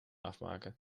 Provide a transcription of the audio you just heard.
afmaken